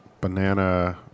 banana